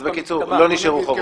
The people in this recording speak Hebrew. בקיצור, לא נשארו חובות.